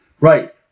Right